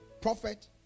prophet